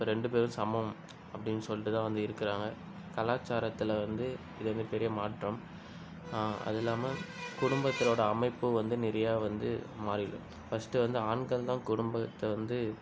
ரெண்டு பேரும் சமம் அப்படின்னு சொல்லிகிட்டு தான் வந்து இருக்குறாங்க கலாச்சாரத்தில் வந்து இதே மாதிரி பெரிய மாற்றம் அது இல்லாமல் குடும்பத்தினோட அமைப்பு வந்து நிறையா வந்து மாறிவிடும் ஃபர்ஸ்ட்டு வந்து ஆண்கள் தான் குடும்பத்தை வந்து